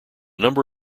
number